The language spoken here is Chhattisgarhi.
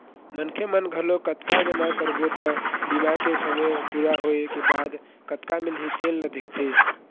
मनखे मन घलोक कतका जमा करबो त बीमा के समे पूरा होए के बाद कतका मिलही तेन ल देखथे